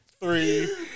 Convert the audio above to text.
Three